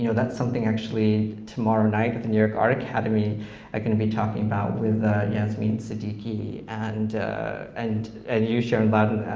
you know that's something, actually, tomorrow night, at the new york art academy, i'm gonna be talking about with yasmin siddiqui and and and you sharon lavin,